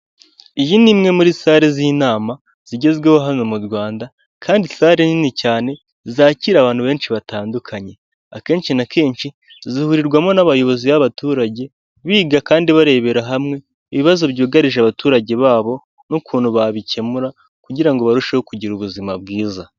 Iyi ni imwe muri sale z'inama, zigezweho hano mu Rwanda kandi sale nini cyane zakira abantu benshi batandukanye, akenshi na kenshi zihurirwamo n'abayobozi b'abaturage, biga kandi barebera hamwe, ibibazo byugarije abaturage babo n'ukuntu babikemura, kugira ngo barusheho kugira ubuzima bwiza.